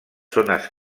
zones